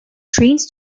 trains